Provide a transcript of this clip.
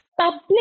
public